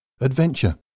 adventure